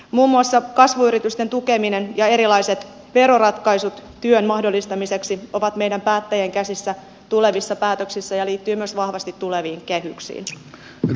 muun muassa kasvuyritysten tukeminen ja erilaiset veroratkaisut työn mahdollistamiseksi ovat meidän päättäjien käsissä tulevissa päätöksissä liittyen myös vahvasti tuleviin kehyksiin